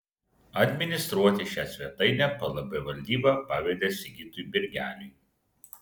administruoti šią svetainę plb valdyba pavedė sigitui birgeliui